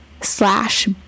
slash